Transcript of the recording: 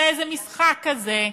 זה איזה משחק כזה.